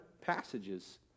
passages